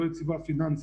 כמו שנאמר קודם,